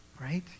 right